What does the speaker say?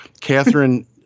Catherine